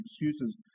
excuses